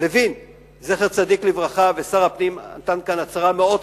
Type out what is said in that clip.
לוין זצ"ל, ושר הפנים נתן כאן הצהרה מאוד חשובה: